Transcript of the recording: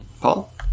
Paul